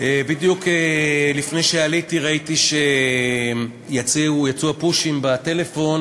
בדיוק לפני שעליתי ראיתי שיצאו ה"פושים" בטלפון